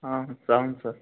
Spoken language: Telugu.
అవును సార్